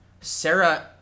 Sarah